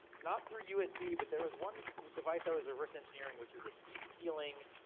not through usb. but there was one device i was reverse engineering, which was a heat-sealing,